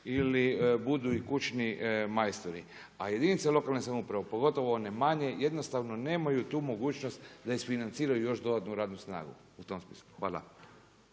ili budu i kućni majstori a jedinica lokalne samouprave, pogotovo one manje, jednostavno nemaju tu mogućnost da isfinanciraju još dodatnu radnu snagu u tom smislu. Hvala.